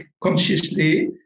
consciously